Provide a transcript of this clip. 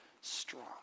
strong